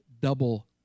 double